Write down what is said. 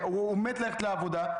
הוא מת ללכת לעבודה,